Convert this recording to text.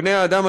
בני האדם,